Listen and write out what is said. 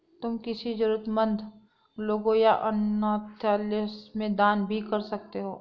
तुम किसी जरूरतमन्द लोगों या अनाथालय में दान भी कर सकते हो